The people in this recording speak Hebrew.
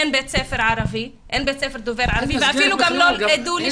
אין בית ספר דובר ערבית ואפילו גם לא דו-לשוני,